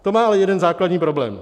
To má ale jeden základní problém.